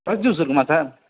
fresh juice இருக்குமா sir